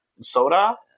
soda